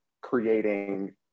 creating